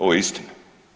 Ovo je istina.